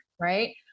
right